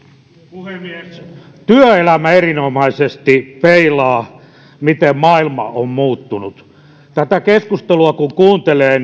puhemies työelämä erinomaisesti peilaa miten maailma on muuttunut tätä keskustelua kun kuuntelee